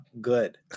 good